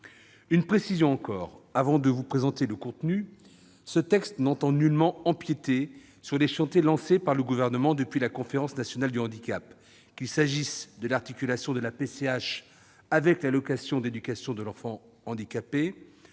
Une précision encore avant de vous en présenter le contenu : ce texte n'entend nullement empiéter sur les chantiers lancés par le Gouvernement depuis la conférence nationale du handicap, qu'il s'agisse de l'articulation de la PCH avec l'allocation d'éducation de l'enfant handicapé